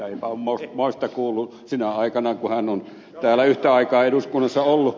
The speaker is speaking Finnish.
enpä ole moista kuullut sinä aikana kun hän on täällä yhtä aikaa eduskunnassa ollut